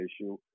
issue